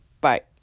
Bye